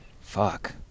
Fuck